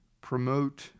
promote